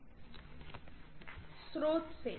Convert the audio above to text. professor स्रोत से